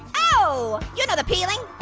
oh, you know the peeling.